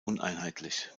uneinheitlich